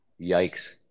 Yikes